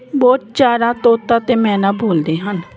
ਬਹੁਤ ਜ਼ਿਆਦਾ ਤੋਤਾ ਅਤੇ ਮੈਨਾ ਬੋਲਦੇ ਹਨ